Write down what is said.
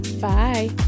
Bye